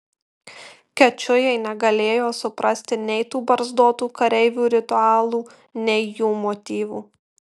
kečujai negalėjo suprasti nei tų barzdotų kareivių ritualų nei jų motyvų